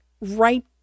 right